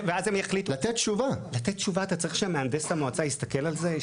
כדי לתת תשובה צריך שמהנדס המועצה יסתכל על זה.